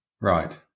Right